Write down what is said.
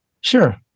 Sure